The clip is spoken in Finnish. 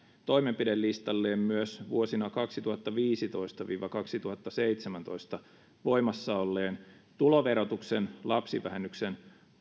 toimenpidelistalleen myös vuosina kaksituhattaviisitoista viiva kaksituhattaseitsemäntoista voimassa olleen tuloverotuksen lapsivähennyksen